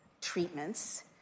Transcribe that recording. treatments